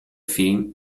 film